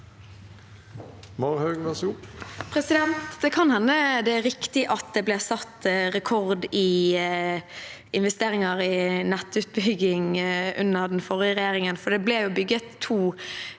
Marhaug (R) Det kan hende det er riktig at det ble satt rekord i investeringer i nettutbygging under den forrige regjeringen, for det ble jo bygget to